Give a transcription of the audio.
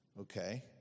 Okay